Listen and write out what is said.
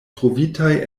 trovitaj